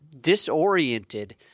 disoriented